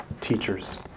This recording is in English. teachers